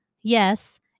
yes